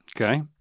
Okay